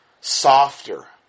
Softer